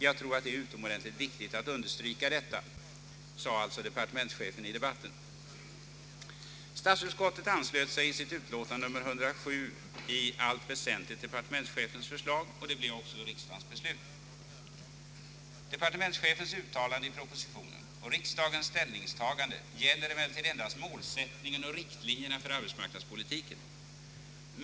Jag tror att det är utomordentligt viktigt att understryka detta.» Statsutskottets majoriet anslöt sig i sitt utlåtande nr 107 år 1966 i allt väsentligt till departementschefens förslag och det blev också riksdagens beslut. Departementschefens uttalanden i propositionen och riksdagens ställningstagande gäller emellertid endast målsättningen och riktlinjerna för arbetsmarknadspolitiken.